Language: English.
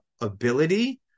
ability